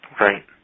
Right